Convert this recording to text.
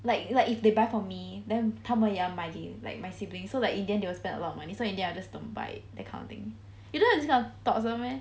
like like if they buy for me then 他们也要买给 like my siblings so like in the end they will spend a lot of money so in the end I just don't buy that kind of thing you don't have these kind of thoughts [one] meh